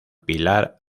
pilar